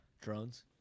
Drones